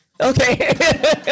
Okay